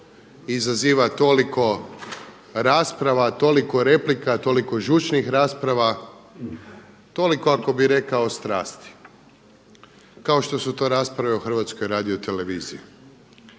izaziva toliko rasprava, toliko replika, toliko žučnih rasprava, toliko ako bi rekao strasti kao što su to rasprave o HRT-u. Reći